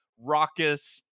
raucous